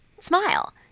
Smile